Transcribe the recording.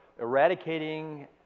eradicating